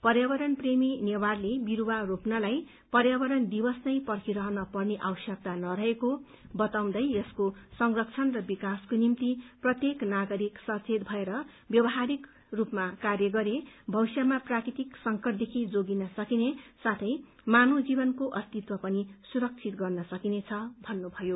पर्यावरणप्रेमी नेवारले विस्वा रोप्नलाई पर्यावरण दिवस नै पर्खिरहन पर्ने आवश्यकता नरहेको बताउँदै यसको संरक्षण र विकासको निम्ति प्रत्येक नागरिक सचेत भएन व्यावहारिक स्पमा कार्य गरे भविष्यमा प्राकृतिक संकटदेखि जोगिन सकिने साथै मानव जीवनको अस्तित्व पनि सुरक्षित गर्न सकिनेछ भन्नुभयो